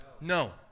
No